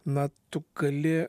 na tu gali